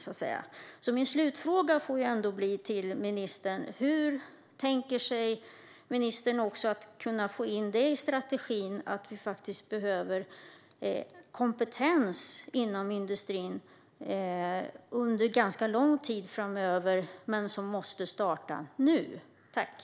Jag har en slutfråga till ministern. Vi behöver kompetens inom industrin under ganska lång tid framöver, men den måste starta nu. Hur tänker ministern få in detta i strategin?